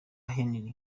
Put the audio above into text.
henry